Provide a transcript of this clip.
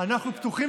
אנחנו פתוחים,